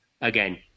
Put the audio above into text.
again